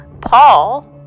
paul